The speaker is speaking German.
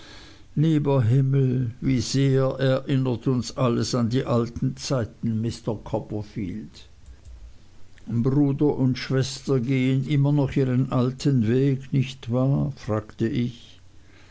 lieber himmel wie sehr erinnert uns alles an die alten zeiten mr copperfield bruder und schwester gehen immer noch ihren alten weg nicht wahr fragte ich